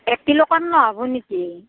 এক কিলো কম নহ'ব নেকি